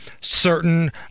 certain